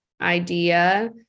idea